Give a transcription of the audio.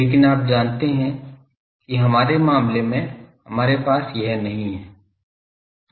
लेकिन आप जानते हैं कि हमारे मामले में हमारे पास यह नहीं है